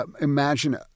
imagine